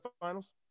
finals